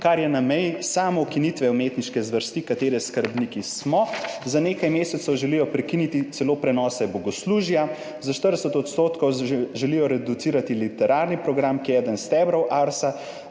kar je na meji samoukinitve umetniške zvrsti, katere skrbniki smo. Za nekaj mesecev želijo prekiniti celo prenose bogoslužja, za 40 % želijo reducirati literarni program, ki je eden stebrov Arsa,